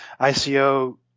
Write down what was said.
ICO